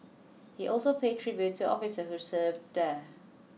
he also paid tribute to officer who served there